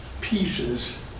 pieces